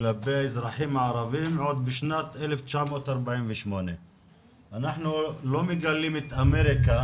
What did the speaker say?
כלפי האזרחים הערבים עוד משנת 1948. אנחנו לא מגלים את אמריקה